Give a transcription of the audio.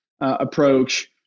approach